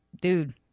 dude